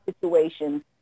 situations